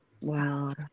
Wow